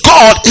God